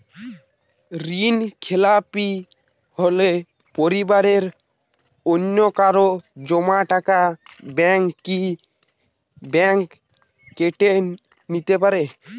ঋণখেলাপি হলে পরিবারের অন্যকারো জমা টাকা ব্যাঙ্ক কি ব্যাঙ্ক কেটে নিতে পারে?